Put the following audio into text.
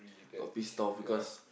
got pissed off because